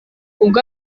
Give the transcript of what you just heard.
ubwo